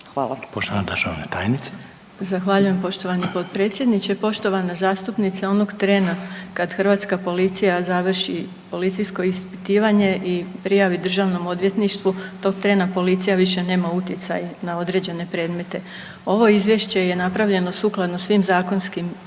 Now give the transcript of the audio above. Vuksanović, Irena (HDZ)** Zahvaljujem, potpredsjedniče Sabora. Poštovana zastupnice, onog trena kad Hrvatska policija završi policijsko ispitivanje i prijavi Državnom odvjetništvu, tog trena policija više nema utjecaj na određene predmete. Ovo izvješće je napravljeno sukladno svim zakonskim